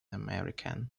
american